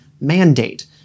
mandate